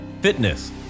fitness